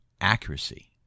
accuracy